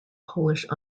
polish